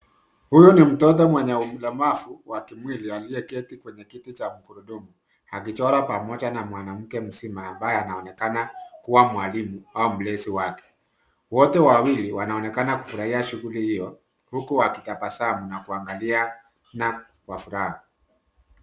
Huyu ni mtoto mwenye ulemavu wa kimwili aliyeketi kwenye kiti cha magurudumu akichora pamoja na mwanamke mzima ambaye anaonekana kuwa mwalimu au mlezi wake. Wote wawili wanaonekana kufurahia shughuli hio huku wakitabasamu na kuangaliana kwa furaha.